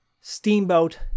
steamboat